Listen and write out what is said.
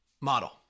model